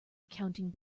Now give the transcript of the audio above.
accounting